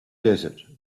desert